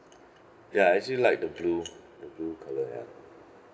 ya I actually like the blue the blue colour ya